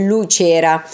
Lucera